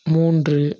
மூன்று